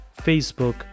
facebook